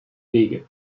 wege